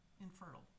infertile